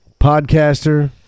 Podcaster